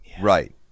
Right